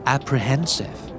Apprehensive